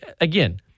again